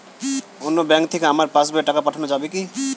অন্য ব্যাঙ্ক থেকে আমার পাশবইয়ে টাকা পাঠানো যাবে কি?